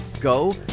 go